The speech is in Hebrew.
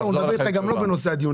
כייף לנו לדבר איתך גם לא בנושא הדיון,